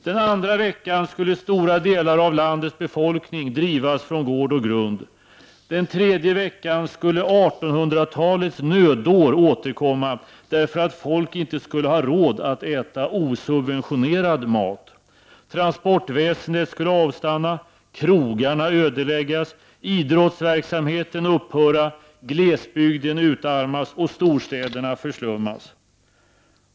Den andra veckan skulle stora delar av landets befolkning drivas från gård och grund. Den tredje veckan skulle 1800-talets nödår återkomma, därför att folk inte skulle ha råd att äta osubventionerad mat. Transportväsendet skulle avstanna, krogarna ödeläggas, idrottsverksamheten upphöra, glesbygden utarmas och storstäderna förslummas.